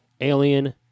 alien